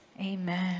Amen